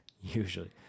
Usually